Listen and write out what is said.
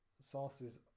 sources